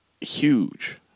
huge